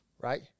Right